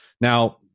Now